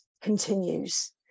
continues